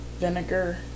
Vinegar